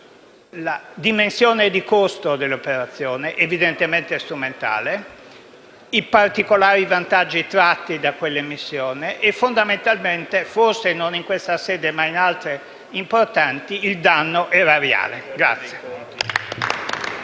la dimensione di costo dell'operazione (evidentemente strumentale), i particolari vantaggi tratti da quella emissione e fondamentalmente - forse non per questa sede, ma per altre, importanti - il danno erariale.